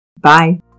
Bye